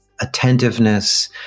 attentiveness